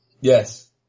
Yes